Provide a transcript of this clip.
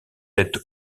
être